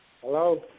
Hello